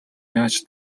яаж